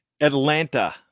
Atlanta